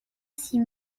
six